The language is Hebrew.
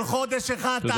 בגנבה של חודש אחד, טלי.